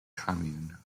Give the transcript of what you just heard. commune